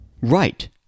Right